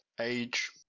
age